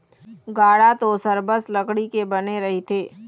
गाड़ा तो सरबस लकड़ी के बने रहिथे